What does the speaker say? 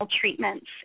treatments